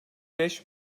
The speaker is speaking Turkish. beş